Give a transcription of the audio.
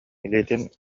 илиитин